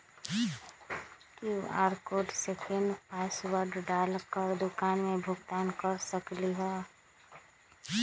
QR code scan password डाल कर दुकान में भुगतान कर सकलीहल?